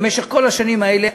במשך כל השנים האלה,